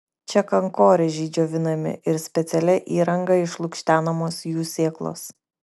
čia kankorėžiai džiovinami ir specialia įranga išlukštenamos jų sėklos